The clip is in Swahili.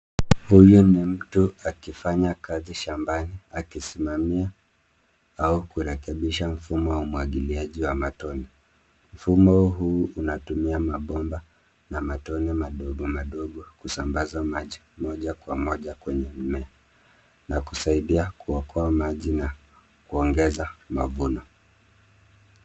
Huyu ni mtu akifanya kazi shambani akisimamia au kurekebisha mfumo wa umwagiliaji wa matone. Mfumo huu unatumia mabomba na matone madogo madogo kusambaza maji moja kwa moja kwenye mmea na kusaidia kuokoa maji na kuongeza mavuno.